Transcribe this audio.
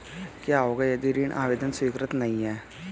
क्या होगा यदि ऋण आवेदन स्वीकृत नहीं है?